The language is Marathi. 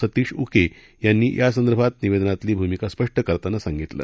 सतिश उके यांनी यासंदर्भात निवेदनातील भूमिका स्पष्ट करताना सांगितल